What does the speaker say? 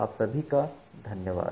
आप सभी का धन्यवाद